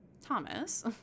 Thomas